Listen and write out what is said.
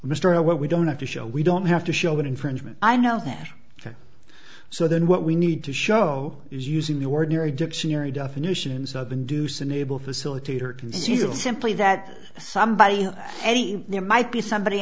mystery of what we don't have to show we don't have to show an infringement i know that ok so then what we need to show is using the ordinary dictionary definitions of induce enable facilitator conceal simply that somebody there might be somebody